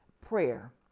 prayer